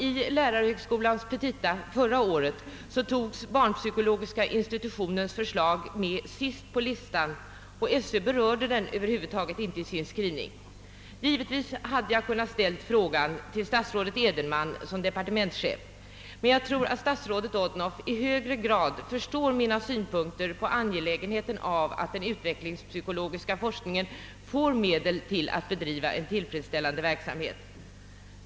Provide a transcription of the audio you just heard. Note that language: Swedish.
I lärarhögskolans petita förra året togs barnpsykologiska institutionens förslag upp sist på listan, och Sö berörde det över huvud taget inte i sin skrivning. Givetvis hade jag kunnat ställa frågan till statsrådet Edenman som departementschef, men jag tror att statsrådet Odhnoff i högre grad förstår mina synpunkter på angelägenheten av att den utvecklingspsykologiska forskningen får medel att bedriva en tillfredsställande verksamhet.